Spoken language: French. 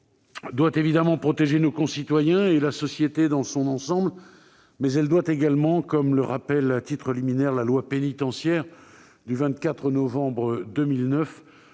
doit évidemment protéger nos concitoyens et la société dans son ensemble, mais elle doit également, comme le rappelle à titre liminaire la loi pénitentiaire du 24 novembre 2009,